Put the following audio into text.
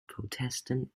protestant